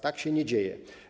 Tak się nie dzieje.